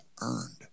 earned